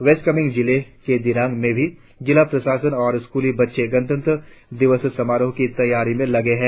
waste Kameng जिले के दिरांग में भी जिला प्रशसन और स्कूली बच्चे गणतंत्र दिवस समारोह की तैयारियों में लगे है